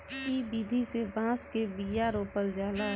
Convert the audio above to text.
इ विधि से बांस के बिया रोपल जाला